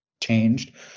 changed